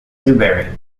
newberry